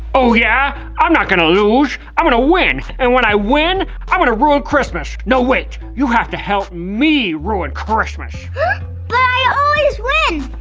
oh, yeah? i'm not gonna lose. i'm gonna win! and when i win, i'm gonna ruin christmas. no wait, you have to help me ruin christmas! but i always win!